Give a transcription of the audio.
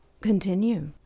continue